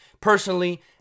personally